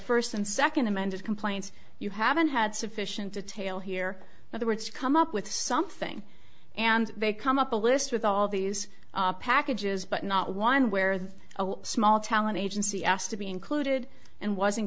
first and second amended complaint you haven't had sufficient detail here but the words come up with something and they come up a list with all these packages but not one where the small talent agency asked to be included and wasn't